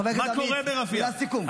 חבר הכנסת עמית, מילת סיכום.